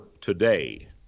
today